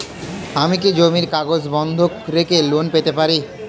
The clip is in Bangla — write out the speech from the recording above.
আমি কি জমির কাগজ বন্ধক রেখে লোন পেতে পারি?